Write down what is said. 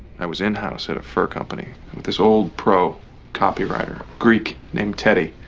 i was in-house at a fur company with this old pro copywriter, greek named teddy.